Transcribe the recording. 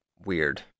weird